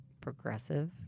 progressive